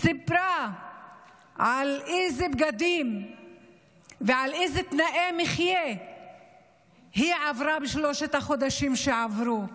וסיפרה על אילו בגדים ואילו תנאי מחיה היא עברה בשלושת החודשים שעברו.